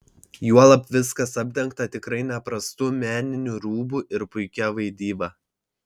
juolab viskas apdengta tikrai neprastu meniniu rūbu ir puikia vaidyba